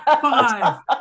Five